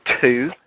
two